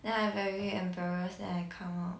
then I very embarrassed then I come out